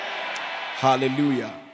hallelujah